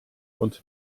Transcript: und